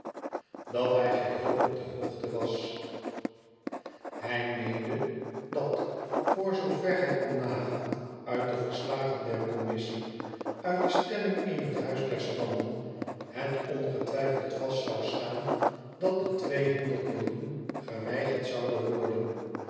dat hij geheel op de hoogte was hij meende dat voor zoover hij kon nagaan uit de verslagen der commissie uit de stemming in het huis der standen het on e ids aargang vast zoû staan dat de tweehonderd millioen geweigerd zouden worden